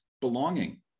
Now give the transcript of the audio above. belonging